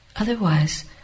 Otherwise